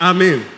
Amen